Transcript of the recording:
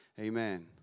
Amen